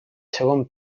segon